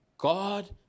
God